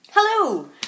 Hello